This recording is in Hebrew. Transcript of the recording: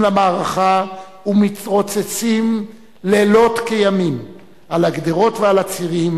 למערכה ומתרוצצים לילות כימים על הגדרות ועל הצירים,